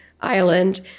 Island